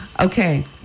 Okay